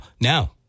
Now